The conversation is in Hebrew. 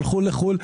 שלחו לחו"ל,